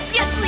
Yes